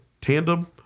tandem